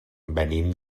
venim